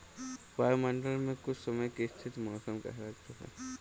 वायुमंडल मे कुछ समय की स्थिति मौसम कहलाती है